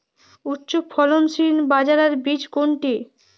উচ্চফলনশীল বাজরার বীজ কোনটি?